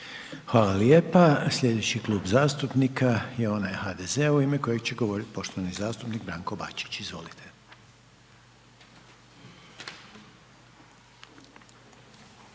Hvala lijepa. Slijedeći klub zastupnika je onaj HDZ-a u ime kojeg će govorit poštovani zastupnik Branko Bačić, izvolite.